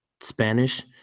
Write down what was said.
Spanish